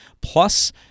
plus